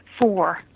four